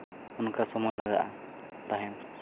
ᱚᱱᱠᱟ ᱥᱚᱢᱚᱭ ᱞᱟᱜᱟᱜᱼᱟ ᱛᱟᱦᱮᱱ